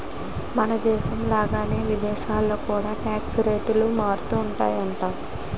మనదేశం లాగానే విదేశాల్లో కూడా టాక్స్ రేట్లు మారుతుంటాయట